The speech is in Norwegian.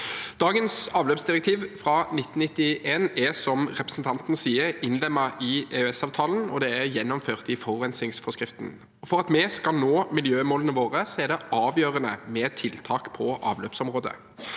Dagens avløpsdirektiv fra 1991 er, som representanten sier, innlemmet i EØS-avtalen, og det er gjennomført i forurensningsforskriften. For at vi skal nå miljømålene våre, er det avgjørende med tiltak på avløpsområdet.